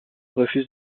refuse